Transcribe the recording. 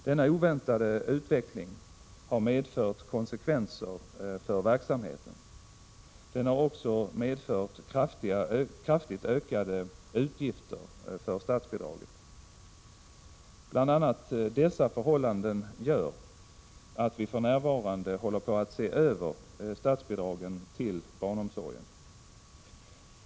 Denna oväntade utveckling har medfört konsekvenser för verksamheten. Den har också medfört kraftigt ökade utgifter för statsbidragen. Bl. a. dessa förhållanden gör att vi för närvarande håller på att se över statsbidragen till barnomsorgen.